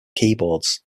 keyboards